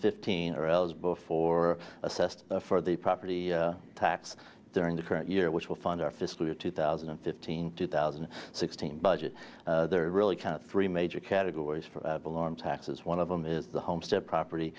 fifteen or elles before assessed for the property tax during the current year which will fund our fiscal year two thousand and fifteen two thousand and sixteen budget there really kind of three major categories for alarm taxes one of them is the homestead property